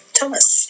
Thomas